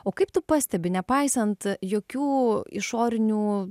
o kaip tu pastebi nepaisant jokių išorinių